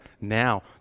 now